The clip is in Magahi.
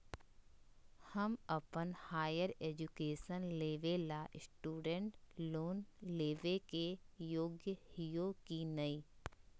हम अप्पन हायर एजुकेशन लेबे ला स्टूडेंट लोन लेबे के योग्य हियै की नय?